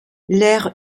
l’aire